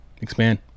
expand